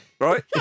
Right